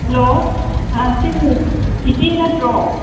hello ꯁꯤ ꯏꯆꯦ ꯅꯠꯇ꯭ꯔꯣ